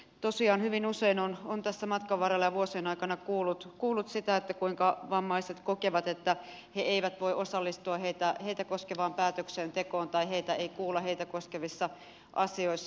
tosiaan hyvin usein on tässä matkan varrella ja vuosien aikana kuullut kuinka vammaiset kokevat että he eivät voi osallistua heitä koskevaan päätöksentekoon tai heitä ei kuulla heitä koskevissa asioissa